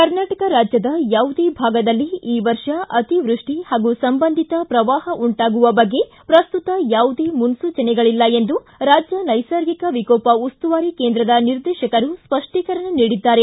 ಕರ್ನಾಟಕ ರಾಜ್ಜದ ಯಾವುದೇ ಭಾಗದಲ್ಲಿ ಈ ವರ್ಷ ಅತಿವೃಷ್ಠಿ ಹಾಗೂ ಸಂಬಂಧಿತ ಪ್ರವಾಹ ಉಂಟಾಗುವ ಬಗ್ಗೆ ಪ್ರಸ್ತುತ ಯಾವುದೇ ಮುನ್ನೂಚನೆಗಳಲ್ಲ ಎಂದು ರಾಜ್ಯ ನೈಸರ್ಗಿಕ ವಿಕೋಪ ಉಸ್ತುವಾರಿ ಕೇಂದ್ರದ ನಿರ್ದೇಶಕರು ಸ್ಪಷ್ಟೀಕರಣ ನೀಡಿದ್ದಾರೆ